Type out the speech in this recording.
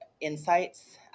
insights